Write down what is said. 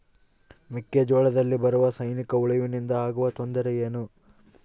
ಮೆಕ್ಕೆಜೋಳದಲ್ಲಿ ಬರುವ ಸೈನಿಕಹುಳುವಿನಿಂದ ಆಗುವ ತೊಂದರೆ ಏನು?